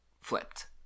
flipped